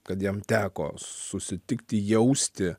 kad jam teko susitikti jausti